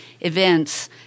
events